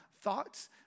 thoughts